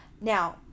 Now